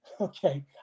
Okay